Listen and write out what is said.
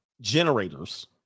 generators